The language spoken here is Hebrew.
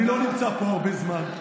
אני לא נמצא פה הרבה זמן,